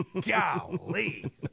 Golly